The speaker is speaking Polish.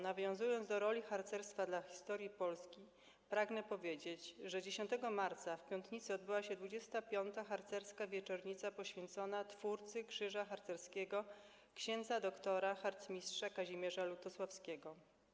Nawiązując do roli harcerstwa w historii Polski, pragnę powiedzieć, że 10 marca w Piątnicy odbyła się 25. harcerska wieczornica poświęcona twórcy krzyża harcerskiego ks. dr. harcmistrza Kazimierza Lutosławskiego.